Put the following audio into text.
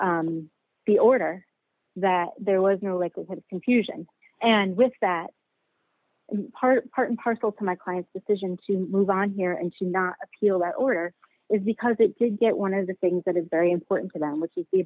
the the order that there was no likelihood of confusion and with that part part and parcel to my client's decision to move on here and to not appeal that order is because they did get one of the things that is very important to them which is the